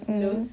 mm